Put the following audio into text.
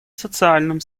социальном